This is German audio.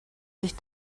sich